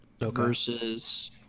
versus